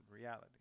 reality